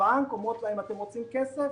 אומרות להם: אתם רוצים כסף,